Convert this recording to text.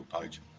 page